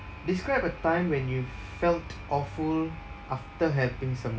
describe a time when you f~ felt awful after helping someone